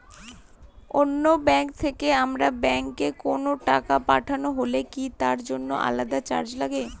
অন্য ব্যাংক থেকে আমার ব্যাংকে কোনো টাকা পাঠানো হলে কি তার জন্য আলাদা চার্জ লাগে?